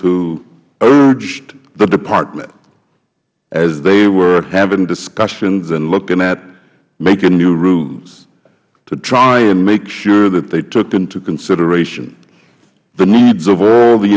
urged the department as they were having discussions and looking at making new rules to try and make sure that they took into consideration the needs of all the